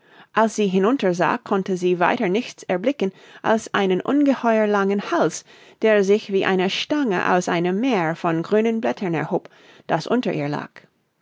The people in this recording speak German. als sie hinunter sah konnte sie weiter nichts erblicken als einen ungeheuer langen hals der sich wie eine stange aus einem meer von grünen blättern erhob das unter ihr lag